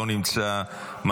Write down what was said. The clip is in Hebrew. לא נמצא,